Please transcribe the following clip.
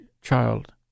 child